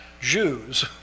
Jews